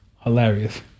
hilarious